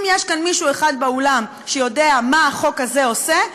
אם יש כאן מישהו אחד באולם שיודע מה החוק הזה עושה,